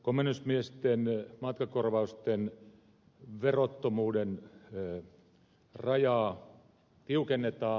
komennusmiesten matkakorvausten verottomuuden rajaa tiukennetaan